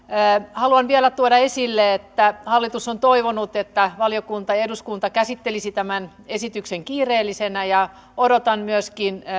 haluan vielä tuoda esille että hallitus on toivonut että valiokunta ja eduskunta käsittelisivät tämän esityksen kiireellisenä ja odotan myöskin